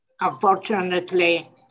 unfortunately